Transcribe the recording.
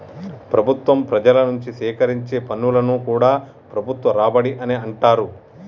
ప్రభుత్వం ప్రజల నుంచి సేకరించే పన్నులను కూడా ప్రభుత్వ రాబడి అనే అంటరు